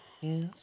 Yes